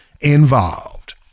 involved